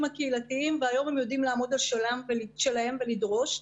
הקהילתיים והיום הם יודעים על שלהם ולדרוש.